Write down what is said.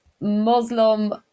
muslim